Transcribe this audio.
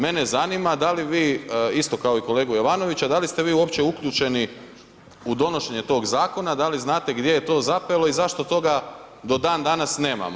Mene zanima da li vi, isto kao i kolegu Jovanovića, da li ste vi uopće uključeni u donošenje tog zakona, da li znate gdje je to zapelo i zašto toga do dan danas nemamo?